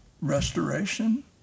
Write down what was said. restoration